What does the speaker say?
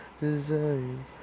design